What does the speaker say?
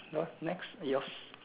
no next yours